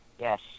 yes